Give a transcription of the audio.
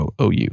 OU